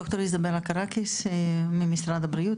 ד"ר איזבלה קרקיס ממשרד הבריאות,